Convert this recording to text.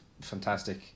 fantastic